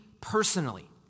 personally